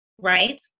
right